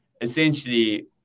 essentially